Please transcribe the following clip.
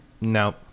No